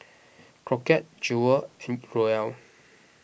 Crockett Jewel Roel